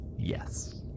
Yes